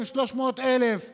300,000 שקלים.